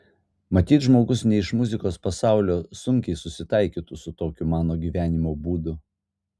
matyt žmogus ne iš muzikos pasaulio sunkiai susitaikytų su tokiu mano gyvenimo būdu